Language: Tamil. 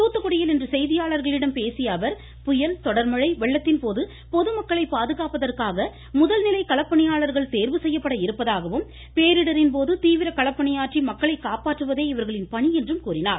தூத்துக்குடியில் இன்று செய்தியாளர்களிடம் பேசிய அவர் புயல் தொடர்மழை வெள்ளத்தின் போது பொதுமக்களை பாதுகாப்பதற்காக முதல்நிலை களப் பணியாளர்கள் தேர்வு செய்யப்பட இருப்பதாகவம் பேரிடரின் போது தீவிர களப்பணியாற்றி மக்களை காப்பாற்றுவதே இவர்களின் பணி என்றும் கூறினார்